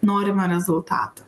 norimą rezultatą